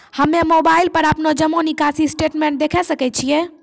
हम्मय मोबाइल पर अपनो जमा निकासी स्टेटमेंट देखय सकय छियै?